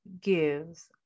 gives